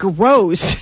Gross